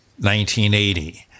1980